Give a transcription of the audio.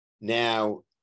Now